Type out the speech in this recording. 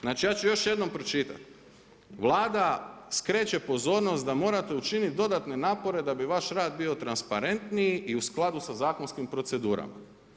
Znači ja ću još jednom pročitati, znači Vlada skreće pozornost da morate učiniti dodatne napore da bi vaš rad bio transparentniji i u skladu sa zakonskim procedurama.